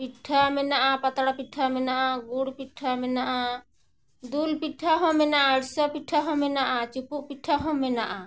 ᱯᱤᱴᱷᱟᱹ ᱢᱮᱱᱟᱜᱼᱟ ᱯᱟᱛᱲᱟ ᱯᱤᱴᱷᱟᱹ ᱢᱮᱱᱟᱜᱼᱟ ᱜᱩᱲ ᱯᱤᱴᱷᱟᱹ ᱢᱮᱱᱟᱜᱼᱟ ᱫᱩᱞ ᱯᱤᱴᱷᱟᱹ ᱦᱚᱸ ᱢᱮᱱᱟᱜᱼᱟ ᱟᱹᱲᱥᱟᱹ ᱯᱤᱴᱷᱟᱹ ᱦᱚᱸ ᱢᱮᱱᱟᱜᱼᱟ ᱪᱩᱯᱩᱜ ᱯᱤᱴᱷᱟᱹ ᱦᱚᱸ ᱢᱮᱱᱟᱜᱼᱟ